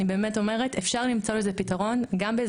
אני באמת אומרת שאפשר למצוא לזה פתרון.